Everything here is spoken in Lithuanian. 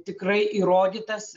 tikrai įrodytas